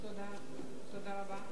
תעברי